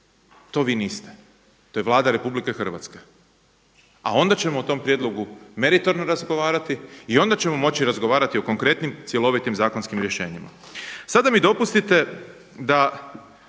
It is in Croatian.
to vi niste. To je Vlada Republike Hrvatske. A onda ćemo o tom prijedlogu meritorno razgovarati i onda ćemo moći razgovarati o konkretnim cjelovitim zakonskim rješenjima. Sada mi dopustite da